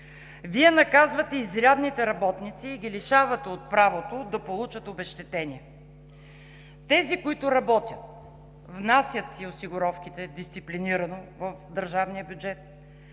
Вие наказвате изрядните работници и ги лишавате от правото да получат обезщетения. Тези, които работят, внасят си дисциплинирано осигуровките в държавния бюджет